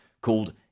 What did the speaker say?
called